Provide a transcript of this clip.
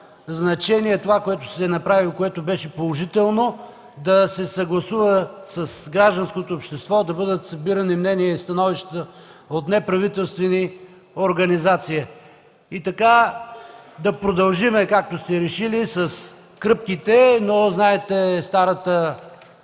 значение това, което се направи, което беше положително – да се съгласува с гражданското общество, да бъдат събирани мнения и становища от неправителствени организации. И така, да продължим, както сте решили, с „кръпките”, но знаете старата